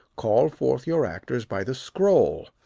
call forth your actors by the scroll.